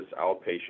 outpatient